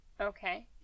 Okay